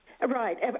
Right